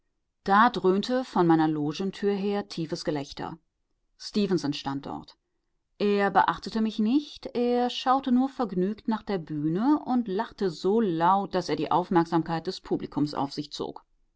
dröhnte von meiner logentür her tiefes gelächter stefenson stand dort er beachtete mich nicht er schaute nur vergnügt nach der bühne und lachte so laut daß er die aufmerksamkeit des publikums auf sich zog